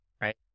right